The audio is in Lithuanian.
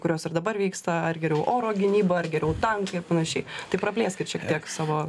kurios ir dabar vyksta ar geriau oro gynyba ar geriau tankai ir panašiai tai praplėskit šiek tiek savo